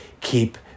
keep